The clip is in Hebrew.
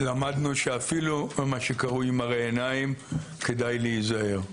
למדנו שאפילו ממראה עיניים כדאי להיזהר,